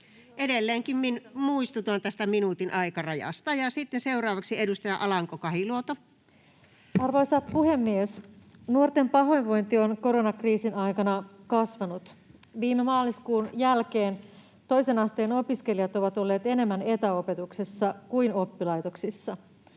Edelleenkin muistutan tästä minuutin aikarajasta. Ja sitten seuraavaksi edustaja Alanko-Kahiluoto. Arvoisa puhemies! Nuorten pahoinvointi on koronakriisin aikana kasvanut. Viime maaliskuun jälkeen toisen asteen opiskelijat ovat olleet enemmän etäopetuksessa kuin oppilaitoksissa.